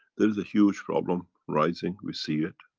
there is a huge problem, writing, we see it,